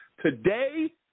Today